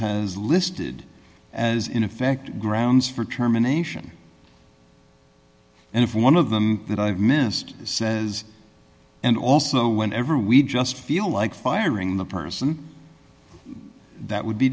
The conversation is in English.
has listed as in effect grounds for termination and if one of them that i've missed says and also whenever we just feel like firing the person that would be